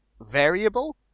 variable